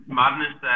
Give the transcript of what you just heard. madness